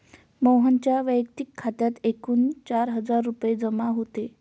मोहनच्या वैयक्तिक खात्यात एकूण चार हजार रुपये जमा होते